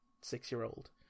six-year-old